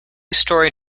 story